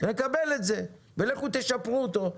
נקבל את זה ולכו תשפרו אותו.